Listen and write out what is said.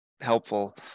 helpful